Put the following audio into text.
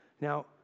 Now